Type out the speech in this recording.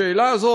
השאלה הזאת,